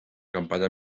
campanya